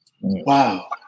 Wow